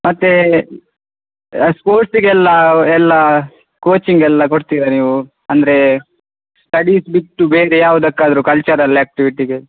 ಮತ್ತು ಸ್ಪೋಟ್ಸಿಗೆ ಎಲ್ಲ ಎಲ್ಲ ಕೋಚಿಂಗ್ ಎಲ್ಲ ಕೊಡ್ತೀರಾ ನೀವು ಅಂದರೆ ಸ್ಟಡೀಸ್ ಬಿಟ್ಟು ಬೇರೆ ಯಾವುದಕ್ಕಾದ್ರು ಕಲ್ಚರಲ್ ಆ್ಯಕ್ಟಿವಿಟಿಗೆ